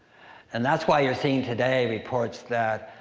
and that's why you're seeing today reports that,